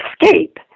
escape